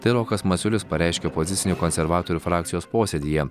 tai rokas masiulis pareiškė opozicinių konservatorių frakcijos posėdyje